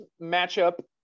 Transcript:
matchup